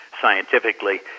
scientifically